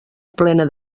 plena